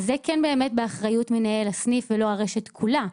אז זה כן באמת באחריות מנהל הסניף ולא הרשת כולה.